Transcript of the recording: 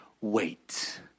wait